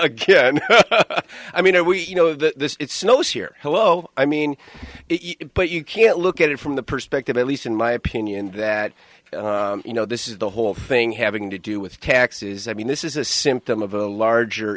yeah i mean are we you know this snow sheer hello i mean but you can't look at it from the perspective at least in my opinion that you know this is the whole thing having to do with taxes i mean this is a symptom of a larger